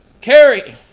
carry